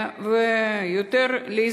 ויותר מזה,